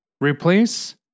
Replace